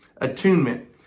Attunement